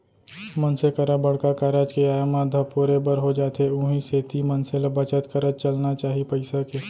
मनसे करा बड़का कारज के आय म धपोरे बर हो जाथे उहीं सेती मनसे ल बचत करत चलना चाही पइसा के